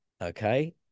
Okay